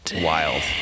Wild